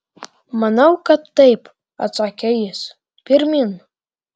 manau kad taip atsakė jis pirmyn